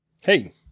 Hey